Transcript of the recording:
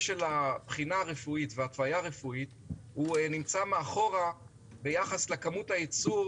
הרבה אצוות לא עמדו בתקן והייתה השמדה של אצוות